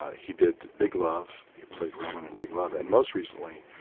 he did big love. he played roman in big love. and most recently,